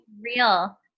real